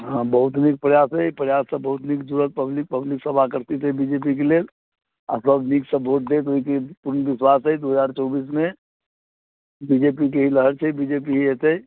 हँ बहुत नीक प्रयास अइ ई प्रयास पब्लिक बी जे पी के लेल आओर सब नीकसँ वोट देत ओकर पूर्ण विश्वास अइ चौबीसमे बी जे पी के हाई लहर छै बी जे पी हाई एतै